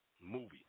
Movie